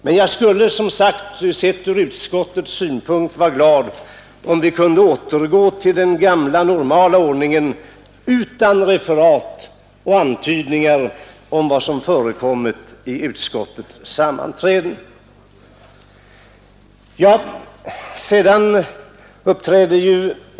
Men sett från utskottets synpunkt skulle jag, som sagt, vara glad om vi kunde återgå till den gamla normala ordningen utan referat och antydningar om vad som förekommit vid utskottssammanträden.